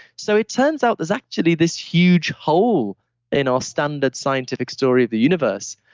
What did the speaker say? so, it turns out there's actually this huge hole in our standard scientific story of the universe.